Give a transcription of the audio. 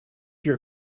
your